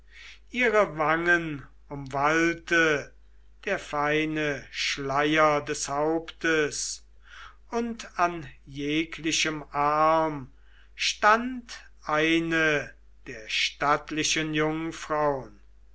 ihre wangen umwallte der feine schleier des hauptes und an jeglichem arm stand eine der stattlichen jungfraun